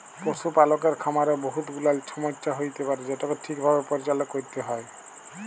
পশুপালকের খামারে বহুত গুলাল ছমচ্যা হ্যইতে পারে যেটকে ঠিকভাবে পরিচাললা ক্যইরতে হ্যয়